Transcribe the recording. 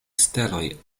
steloj